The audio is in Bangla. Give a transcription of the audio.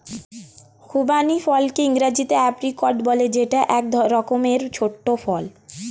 খুবানি ফলকে ইংরেজিতে এপ্রিকট বলে যেটা এক রকমের ছোট্ট ফল